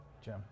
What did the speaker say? Jim